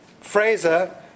Fraser